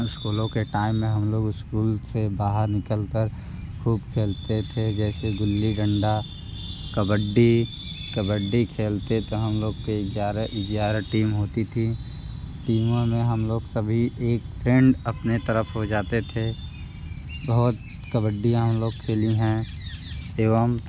स्कूलों के टाइम में हम लोग स्कूल से बाहर निकल कर खूब खेलते थे जैसे गुल्ली डंडा कबड्डी कबड्डी खेलते तो हम लोग के ग्यारह ग्यारह टीम होती थी टीमों में हम लोग सभी एक फ्रेंड अपने तरफ हो जाते थे बहुत कबड्डीयाँ हम लोग खेलीं हैं एवम